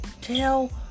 tell